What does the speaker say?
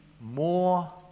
more